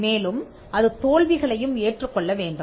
மேலும் அது தோல்விகளையும் ஏற்றுக்கொள்ள வேண்டும்